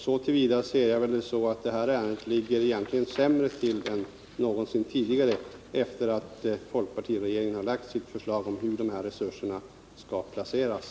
Så till vida ligger egentligen det här ärendet sämre till än någonsin tidigare efter det att folkpartiregeringen har lagt fram sitt förslag om hur dessa resurser skall placeras.